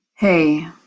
Hey